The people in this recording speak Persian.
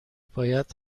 باید